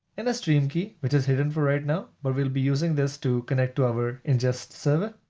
and a stream key, which is hidden for right now, but we'll be using this to connect to our ingest server.